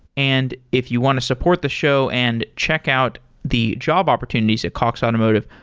and if you want to support the show and check out the job opportunities at cox automotive,